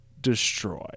destroy